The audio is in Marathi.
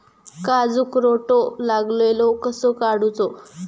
काजूक रोटो लागलेलो कसो काडूचो?